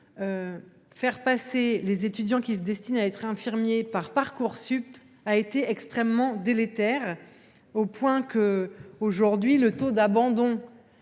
faire passer les étudiants qui se destinent à être infirmiers par Parcoursup a été extrêmement délétère, au point qu’aujourd’hui, le taux d’abandon